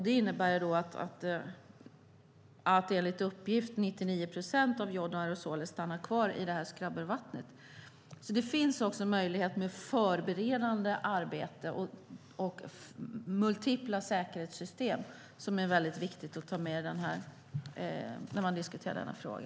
Det innebär att, enligt uppgift, 99 procent av joden och aerosolerna stannar kvar i skrubbervattnet. Förberedande arbete och multipla säkerhetssystem är väldigt viktiga att ta med när man diskuterar denna fråga.